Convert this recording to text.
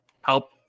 help